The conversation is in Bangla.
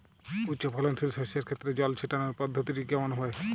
উচ্চফলনশীল শস্যের ক্ষেত্রে জল ছেটানোর পদ্ধতিটি কমন হবে?